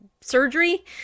surgery